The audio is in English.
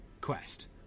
quest